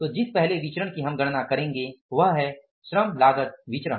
तो जिस पहले विचरण की हम गणना करेंगे वह है श्रम लागत विचरण